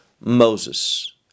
moses